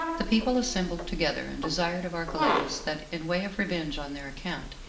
the people assembled together, and desired of archelaus, that, in way of revenge on their account,